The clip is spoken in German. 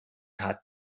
hat